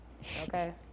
Okay